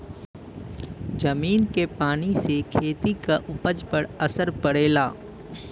जमीन के पानी से खेती क उपज पर असर पड़ेला